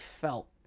felt